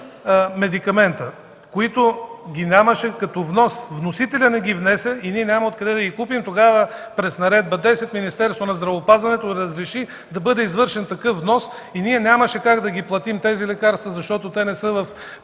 медикамента, които ги нямаше като внос. Вносителят не ги внесе и ние няма откъде да ги купим. Тогава през Наредба № 10 Министерството на здравеопазването разреши да бъде извършен такъв внос. Ние нямаше как да платим тези лекарства, защото те не са в